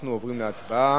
אנחנו עוברים להצבעה.